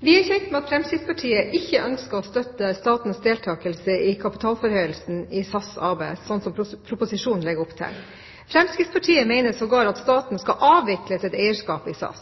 Vi er kjent med at Fremskrittspartiet ikke ønsker å støtte statens deltakelse i kapitalforhøyelsen i SAS AB, slik proposisjonen legger opp til. Fremskrittspartiet mener sågar at staten skal avvikle sitt eierskap i SAS.